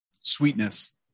sweetness